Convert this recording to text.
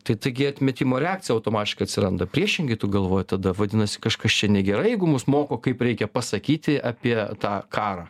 tai taigi atmetimo reakcija automatiškai atsiranda priešingai tu galvoji tada vadinasi kažkas čia negerai jeigu mus moko kaip reikia pasakyti apie tą karą